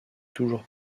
toujours